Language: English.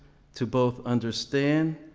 to both understand,